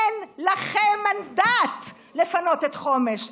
אין לכם מנדט לפנות את חומש.